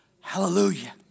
Hallelujah